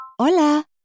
Hola